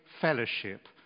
fellowship